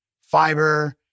fiber